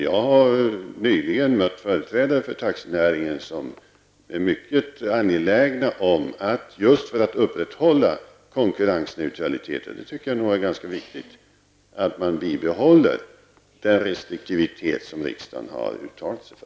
Jag har nyligen mött företrädare för Taxinäringen som är mycket angelägna om att man just för att upprätthålla konkurrensneutraliteten -- det tycker jag är ganska viktigt -- bibehåller den restriktivitet som riksdagen har uttalat sig för.